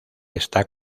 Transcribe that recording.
está